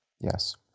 yes